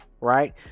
right